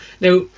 Now